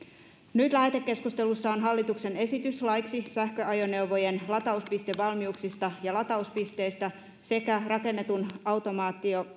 nyt lähetekeskustelussa on hallituksen esitys laeiksi sähköajoneuvojen latauspistevalmiuksista ja latauspisteistä sekä rakennusten automaatio